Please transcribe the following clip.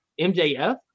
MJF